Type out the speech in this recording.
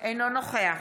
אינו נוכח